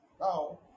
Now